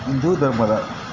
ಹಿಂದೂ ಧರ್ಮದ